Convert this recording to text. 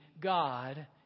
God